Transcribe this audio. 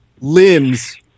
Limbs